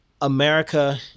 America